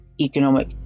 economic